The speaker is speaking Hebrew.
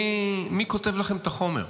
מי כותב לכם את החומר?